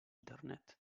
internet